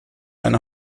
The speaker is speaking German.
eine